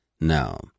No